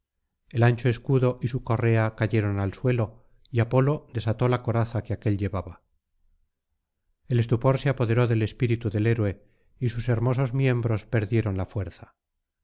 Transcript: el ancho escudo y su correa cayeron al suelo y apolo desató la coraza que aquél llevaba el estupor se apoderó del espíritu del héroe y sus hermosos miembros perdieron la fuerza